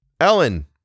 Ellen